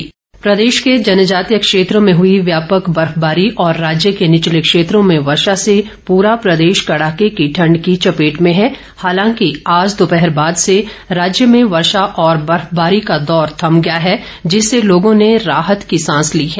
मौसम प्रदेश के जनजातीय क्षेत्रों में हुई व्यापक बर्फबारी और राज्य के निचले क्षेत्रों में वर्षा से पूरा प्रदेश कड़ाके की ठण्ड की चपेट में है हालांकि आज दोपहर बाद से राज्य में वर्षा और बर्फबारी का दौर थम गया है जिससे लोगों ने राहत की सांस ली है